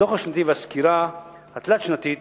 הדוח השנתי והסקירה התלת-שנתית